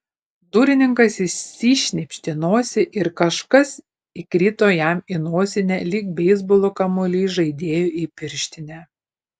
durininkas išsišnypštė nosį ir kažkas įkrito jam į nosinę lyg beisbolo kamuolys žaidėjui į pirštinę